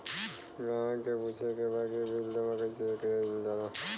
ग्राहक के पूछे के बा की बिल जमा कैसे कईल जाला?